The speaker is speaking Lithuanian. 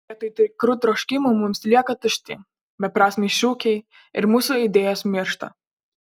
vietoj tikrų troškimų mums lieka tušti beprasmiai šūkiai ir mūsų idėjos miršta